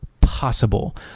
possible